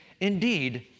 indeed